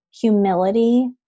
humility